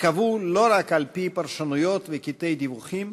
ייקבעו לא רק על-פי פרשנויות וקטעי דיווחים,